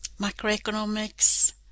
macroeconomics